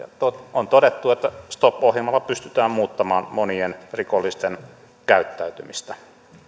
on todettu että stop ohjelmalla pystytään muuttamaan monien rikollisten käyttäytymistä